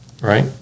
right